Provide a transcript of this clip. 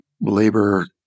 labor